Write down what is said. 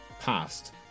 past